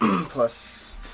plus